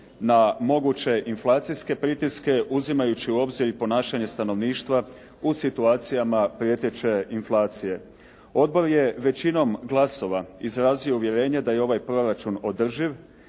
na moguće inflacijske pritiske uzimajući u obzir i ponašanje stanovništva u situacijama prijeteće inflacije. Odbor je većinom glasova izrazio uvjerenje da je ovaj proračun održiv,